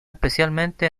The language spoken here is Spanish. especialmente